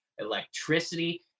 electricity